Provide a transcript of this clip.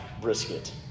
brisket